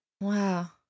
Wow